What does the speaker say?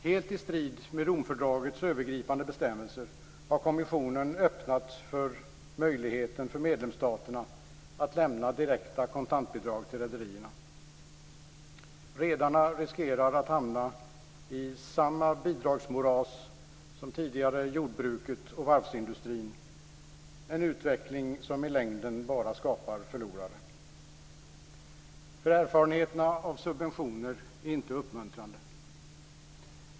Helt i strid mot Romfördragets övergripande bestämmelser har kommissionen öppnat möjligheten för medlemsstaterna att lämna direkta kontantbidrag till rederierna. Redarna riskerar att hamna i samma bidragsmoras som tidigare jordbruket och varvsindustrin, en utveckling som i längden bara skapar förlorare. Erfarenheterna av subventioner är inte uppmuntrande.